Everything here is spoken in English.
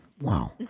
Wow